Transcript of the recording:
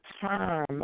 term